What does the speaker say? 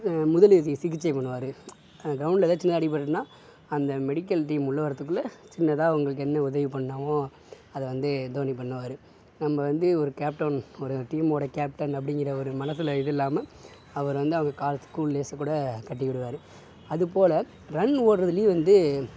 முதலுதவி சிகிச்சை பண்ணுவார் அந்த கிரவுண்டில் ஏதாவுது சின்னதாக அடிபட்டுட்டுனால் அந்த மெடிக்கல் டீம் உள்ளே வரத்துக்குள்ளே சின்னதாக அவங்களுக்கு என்ன உதவி பண்ணணுமோ அதை வந்து தோனி பண்ணுவார் நம்ப வந்து ஒரு கேப்டன் ஒரு டீமோடய கேப்டன் அப்படீங்குற ஒரு மனசில் இது இல்லாமல் அவர் வந்து அவர் கால் ஷூ லேசை கூட கட்டிவிடுவார் அதுபோல ரன் ஓட்டுறதுலயும் வந்து